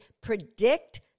predict